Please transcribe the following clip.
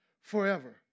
forever